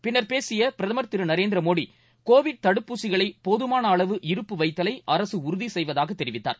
பின்னர் பேசியபிரதமர் திருநரேந்திரமோடி கோவிட் தடுப்பூசிகளைபோதமானஅளவு இருப்பு வைத்தலைஅரசுஉறுதிசெய்வதாகதெரிவித்தார்